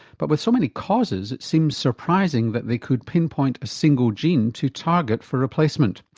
but with so many causes it seems surprising that they could pinpoint a single gene to target for replacement.